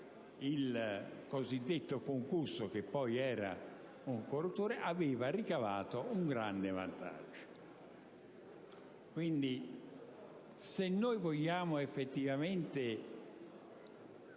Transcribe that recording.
il cosiddetto concusso, che poi era un corruttore, aveva ricavato un grande vantaggio. Quindi, se noi vogliamo effettivamente